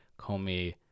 Comey